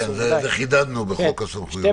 זה חידדנו בחוק הסמכויות.